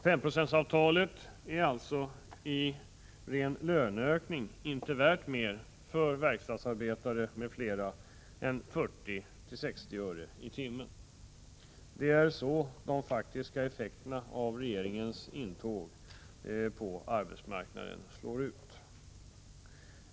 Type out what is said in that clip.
5-procentsavtalet är alltså i ren löneökning inte värt mer för verkstadsarbetare m.fl. än 40-60 öre i timmen. Det är den faktiska effekten av regeringens intåg på arbetsmarknaden.